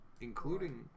Including